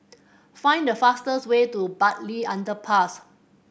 find the fastest way to Bartley Underpass